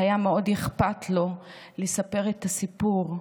היה מאוד אכפת לו לספר את הסיפור,